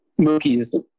Mookie's